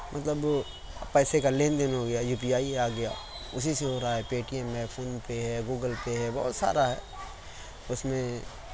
مطلب پیسے کا لین دین ہو گیا یو پی آئی آ گیا اسی سے ہو رہا ہے پے ٹی ایم ہے فون پے ہے گوگل پے بہت سارا ہے اس میں